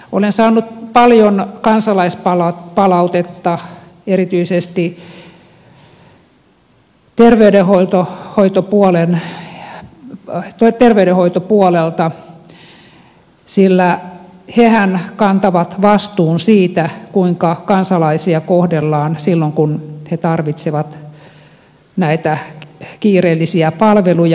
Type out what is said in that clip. olen saanut paljon kansalaispalautetta erityisesti terveydenhoitopuolelta sillä hehän kantavat vastuun siitä kuinka kansalaisia kohdellaan silloin kun he tarvitsevat näitä kiireellisiä palveluja